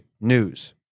news